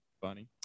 funny